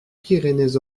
pyrénées